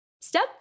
Step